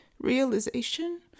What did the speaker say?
realization